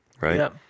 Right